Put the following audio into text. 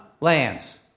lands